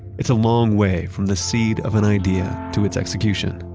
it's a long way from the seed of an idea to its execution.